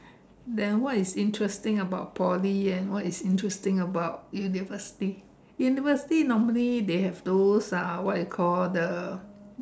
then what is interesting about Poly and what is interesting about university university normally they have those uh what you call the